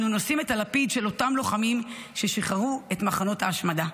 אנו נושאים את הלפיד של אותם לוחמים ששחררו את מחנות ההשמדה.